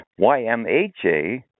YMHA